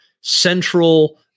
central